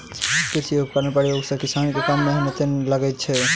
कृषि उपकरणक प्रयोग सॅ किसान के कम मेहनैत लगैत छै